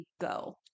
go